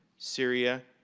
syria,